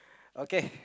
okay